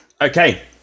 okay